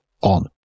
on